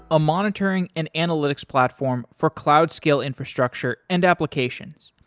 a monitoring and analytics platform for cloud-scale infrastructure and applications.